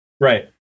Right